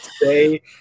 today